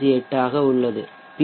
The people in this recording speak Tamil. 58 பி